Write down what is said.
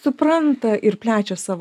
supranta ir plečia savo